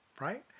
right